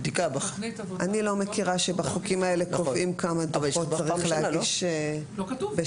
אני לא מכירה שבחוקים האלה קובעים כמה דוחות צריך להגיש בשנה.